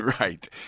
Right